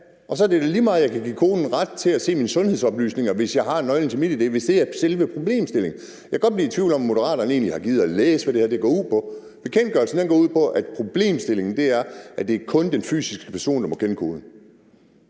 og så er det da meget godt, at jeg kan give konen ret til at se mine sundhedsoplysninger, hvis jeg har nøglen til MitID, hvis det er selve problemstillingen. Jeg kan godt blive i tvivl om, om Moderaterne egentlig har gidet at læse, hvad det her går ud på. Bekendtgørelsen og problemstillingen går ud på, at det kun er den fysiske person, der må kende koden.